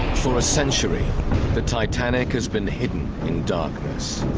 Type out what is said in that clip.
for a century the titanic has been hidden in darkness,